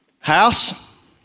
House